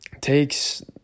takes